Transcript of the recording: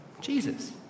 Jesus